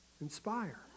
inspire